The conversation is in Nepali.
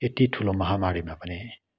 यति ठुलो महामारीमा पनि हाम्रो